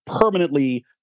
permanently